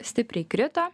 stipriai krito